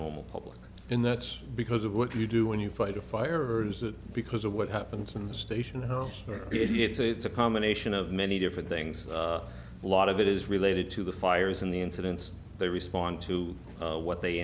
normal public in that's because of what you do when you fight a fire or is that because of what happened to the station house or p s a it's a combination of many different things a lot of it is related to the fires in the incidents they respond to what they